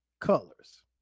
colors